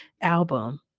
album